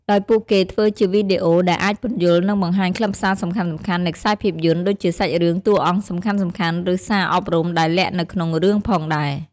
ដោយពួកគេធ្វើជាវីឌីអូដែលអាចពន្យល់ និងបង្ហាញខ្លឹមសារសំខាន់ៗនៃខ្សែភាពយន្ត ដូចជាសាច់រឿង តួអង្គសំខាន់ៗ ឬសារអប់រំដែលលាក់នៅក្នុងរឿងផងដែរ។